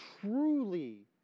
truly